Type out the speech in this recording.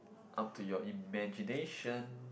up to your imagination